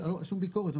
שום ביקורת,